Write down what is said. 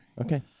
Okay